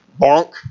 bonk